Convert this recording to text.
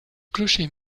clocher